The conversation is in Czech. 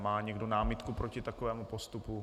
Má někdo námitku proti takovému postupu?